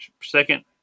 second